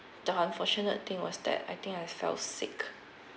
the unfortunate thing was that I think I fell sick